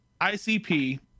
ICP